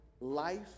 life